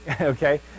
Okay